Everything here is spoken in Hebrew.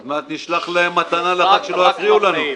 עוד מעט נשלח להם מתנה לחג, שלא יפריעו לנו.